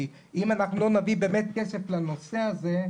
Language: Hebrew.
כי אם אנחנו לא נביא באמת כסף לנושא הזה,